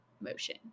motion